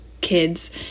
kids